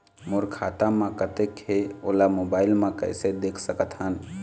मोर खाता म कतेक हे ओला मोबाइल म कइसे देख सकत हन?